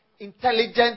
Intelligent